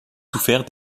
souffert